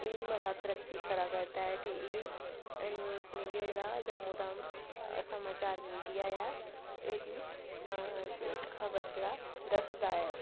ऐ मता तरक्की करा करदा ऐ ते एह् न्यूज़ मिडिया जेह्डा जम्मू दा समाचार मिडिया ऐ ऐह्दी खब़र जेह्ड़ा दसदा ऐ